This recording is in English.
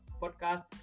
podcast